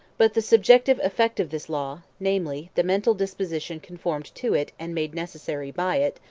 but the subjective effect of this law, namely, the mental disposition conformed to it and made necessary by it,